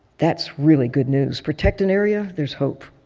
that's really good news. protect an area, there's hope.